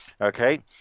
Okay